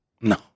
No